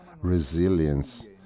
resilience